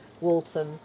Walton